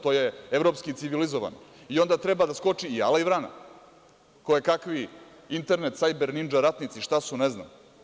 To je evropski civilizovano i onda treba da skoči i jala i vrana, kojekakvi internet sajber nindža ratnici, šta su ne znam.